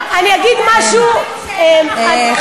כי את אומרת דברים שאין להם אחיזה במציאות.